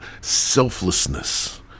selflessness